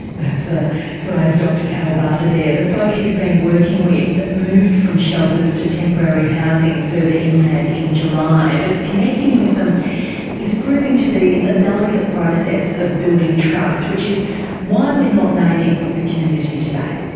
perhaps a brave dr kawabata there. the folk he's been working with moved from shelters to temporary housing further inland in july. but connecting with them is proving to be a delicate process of building trust, which is why we're not naming the community today.